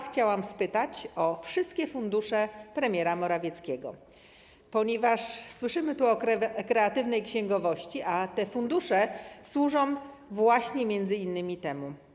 Chciałabym zapytać o wszystkie fundusze premiera Morawieckiego, ponieważ słyszymy tu o kreatywnej księgowości, a te fundusze służą m.in. właśnie temu.